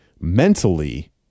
mentally